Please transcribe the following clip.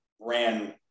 ran